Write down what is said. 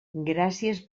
gràcies